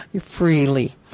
freely